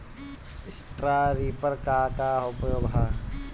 Straw reaper क का उपयोग ह?